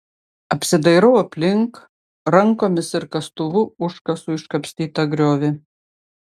apsidairau aplink rankomis ir kastuvu užkasu iškapstytą griovį